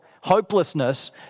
hopelessness